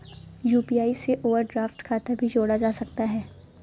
UPI से overdraft खाता भी जोड़ा जा सकता है